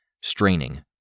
straining